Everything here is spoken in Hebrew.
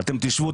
אתם תשבו,